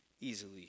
easily